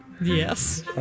Yes